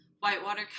whitewater